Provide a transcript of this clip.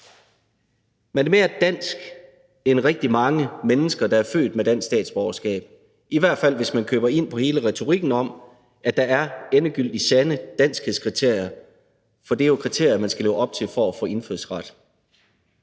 Man er mere dansk end rigtig mange mennesker, der er født med dansk statsborgerskab, i hvert fald hvis man køber ind på hele retorikken om, at der er endegyldigt sande danskhedskriterier, for det er jo kriterier, man skal leve op til for at få indfødsret.